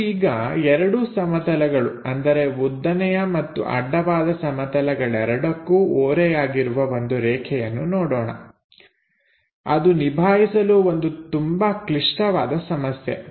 ನಾವು ಈಗ ಎರಡೂ ಸಮತಲಗಳು ಅಂದರೆ ಉದ್ದನೆಯ ಮತ್ತು ಅಡ್ಡವಾದ ಸಮತಲಗಳೆರಡಕ್ಕೂ ಓರೆಯಾಗಿರುವ ಒಂದು ರೇಖೆಯನ್ನು ನೋಡೋಣ ಅದು ನಿಭಾಯಿಸಲು ಒಂದು ತುಂಬಾ ಕ್ಲಿಷ್ಟವಾದ ಸಮಸ್ಯೆ